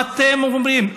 מה אתם אומרים?